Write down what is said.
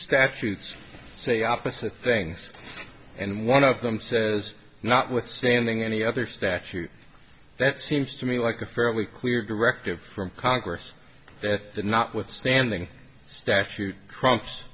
statutes say opposite things and one of them says notwithstanding any other statute that seems to me like a fairly clear directive from congress that the notwithstanding statute trumps